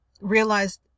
realized